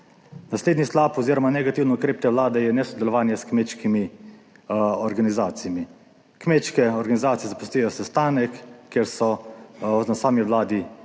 Naslednji slab oz. negativen ukrep te vlade je nesodelovanje s kmečkimi organizacijami. Kmečke organizacije zapustijo sestanek, ker so na sami Vladi